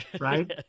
right